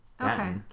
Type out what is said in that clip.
okay